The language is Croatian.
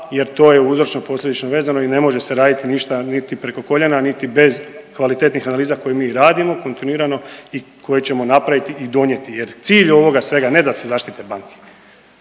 jer to je uzročno-posljedično vezano i ne može se raditi ništa niti preko koljena niti bez kvalitetnih analiza koje mi radimo kontinuirano i koje ćemo napraviti i donijeti jer cilj ovoga svega je ne da se zaštite banke,